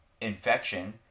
infection